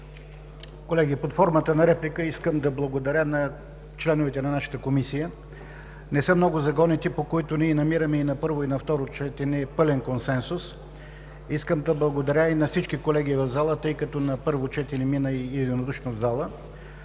Колеги, под формата на реплика искам да благодаря на членовете на нашата Комисия. Не са много законите, по които ние намираме на първо и на второ четене пълен консенсус. Искам да благодаря на всички колеги в залата, тъй като на първо четене мина и единодушно в залата.